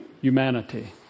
humanity